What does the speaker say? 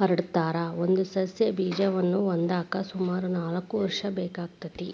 ಹರಡತಾರ, ಒಂದು ಸಸ್ಯ ಬೇಜವನ್ನ ಹೊಂದಾಕ ಸುಮಾರು ನಾಲ್ಕ್ ವರ್ಷ ಬೇಕಾಗತೇತಿ